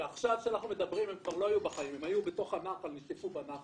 עכשיו הם כבר נשטפו בנחל.